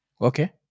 Okay